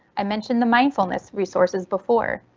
i mentioned the mindfulness resources before.